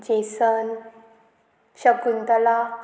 Jason Shakuntala